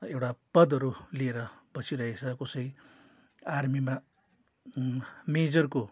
एउटा पदहरू लिएर बसिरहेको छ कसै आर्मीमा मेजरको